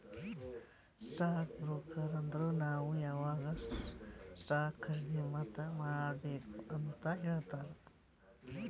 stock broker ಅಂದುರ್ ನಾವ್ ಯಾವಾಗ್ ಸ್ಟಾಕ್ ಖರ್ದಿ ಮತ್ ಮಾರ್ಬೇಕ್ ಅಂತ್ ಹೇಳ್ತಾರ